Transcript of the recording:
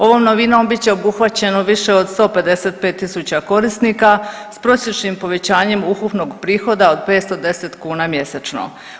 Ovom novinom bit će obuhvaćeno više od 155 tisuća korisnika s prosječnim povećanjem ukupnog prihoda od 510 kuna mjesečno.